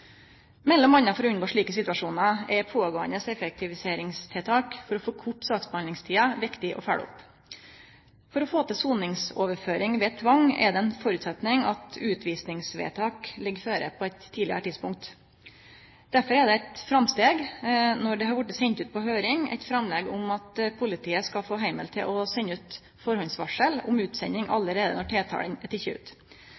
for å unngå slike situasjonar er pågåande effektiviseringstiltak for å forkorte saksbehandlingstida viktige å følgje opp. For å få til soningsoverføring ved tvang er det ein føresetnad at utvisingsvedtak ligg føre på eit tidlegare tidspunkt. Derfor er det eit framsteg når det har vorte sendt ut på høyring eit framlegg om at politiet skal få heimel til å sende ut førehandsvarsel om utsending